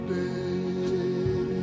day